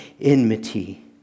enmity